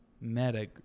Meta